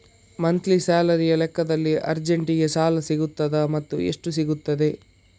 Monthly ಸ್ಯಾಲರಿಯ ಲೆಕ್ಕದಲ್ಲಿ ಅರ್ಜೆಂಟಿಗೆ ಸಾಲ ಸಿಗುತ್ತದಾ ಮತ್ತುಎಷ್ಟು ಸಿಗುತ್ತದೆ?